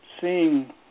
seeing